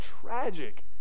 tragic